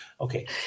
Okay